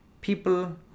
people